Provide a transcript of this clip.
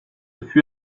fut